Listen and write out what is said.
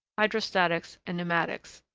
hydrostatics, and pneumatics.